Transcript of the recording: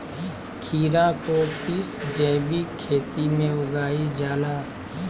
खीरा को किस जैविक खेती में उगाई जाला?